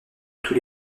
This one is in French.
tous